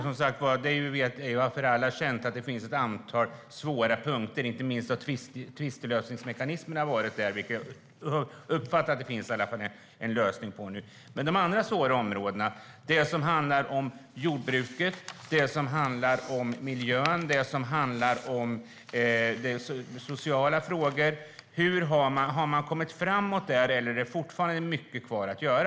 Fru talman! Det är känt för alla att det finns ett antal svåra punkter, inte minst tvistlösningsmekanismen, fast jag uppfattar att det finns en lösning på den frågan nu. Men det finns andra svåra områden: det som handlar om jordbruket, det som handlar om miljön, de sociala frågorna. Har man kommit framåt där, eller är det fortfarande mycket kvar att göra?